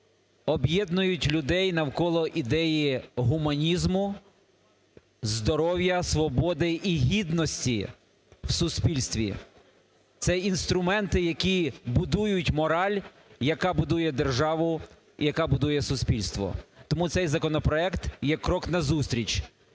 об'єднують людей навколо ідеї гуманізму, здоров'я, свободи і гідності в суспільстві. Це інструменти, які будують мораль, яка будує державу, яка будує суспільство. Тому цей законопроект є крок на зустріч,